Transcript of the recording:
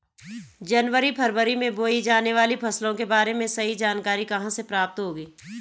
जनवरी फरवरी में बोई जाने वाली फसलों के बारे में सही जानकारी कहाँ से प्राप्त होगी?